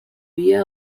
via